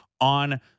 on